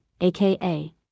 aka